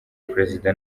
perezida